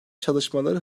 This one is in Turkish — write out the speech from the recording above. çalışmaları